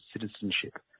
citizenship